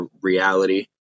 reality